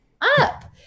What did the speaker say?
up